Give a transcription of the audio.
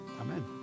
amen